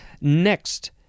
next